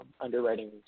underwriting